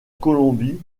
colombie